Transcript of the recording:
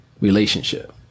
relationship